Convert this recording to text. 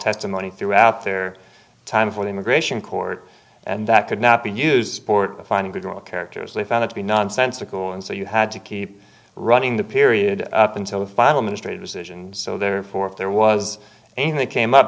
testimony throughout their time for the immigration court and that could not be used sport of finding good moral character as they found it to be nonsensical and so you had to keep running the period up until the final ministry decisions so therefore if there was anything that came up